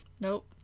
Nope